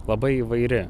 labai įvairi